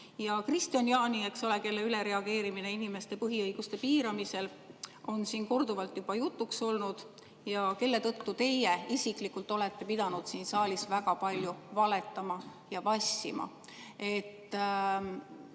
Ja Kristian Jaani, kelle ülereageerimine inimeste põhiõiguste piiramisel on siin korduvalt juba jutuks olnud ja kelle tõttu teie isiklikult olete pidanud siin saalis väga palju valetama ja vassima.